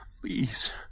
Please